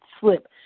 slip